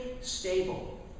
stable